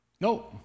No